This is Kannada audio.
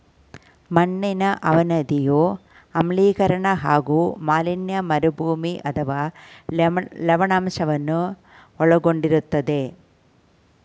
ಮಣ್ಣಿನ ಅವನತಿಯು ಆಮ್ಲೀಕರಣ ಹಾಗೂ ಮಾಲಿನ್ಯ ಮರುಭೂಮಿ ಅಥವಾ ಲವಣಾಂಶವನ್ನು ಒಳಗೊಂಡಿರ್ತದೆ